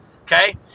okay